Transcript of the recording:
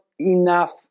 enough